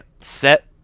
set